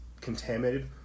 contaminated